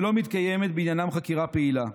ולא מתקיימת בעניינם חקירה פעילה.